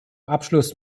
abschluss